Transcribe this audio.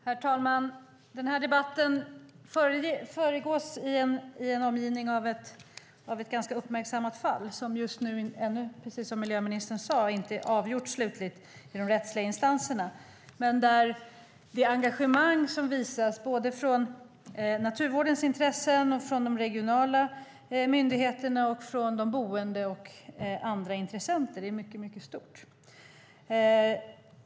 Herr talman! Den här debatten försiggår i samband med ett uppmärksammat fall som, precis som miljöministern sade, ännu inte slutligt har avgjorts i de rättsliga instanserna. Det engagemang som visas från naturvårdens intressen, de regionala myndigheterna, boende och andra intressenter är mycket stort.